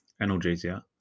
analgesia